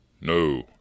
No